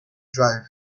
drive